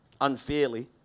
unfairly